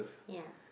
ya